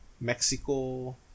mexico